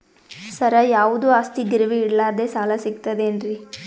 ಸರ, ಯಾವುದು ಆಸ್ತಿ ಗಿರವಿ ಇಡಲಾರದೆ ಸಾಲಾ ಸಿಗ್ತದೇನ್ರಿ?